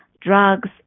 drugs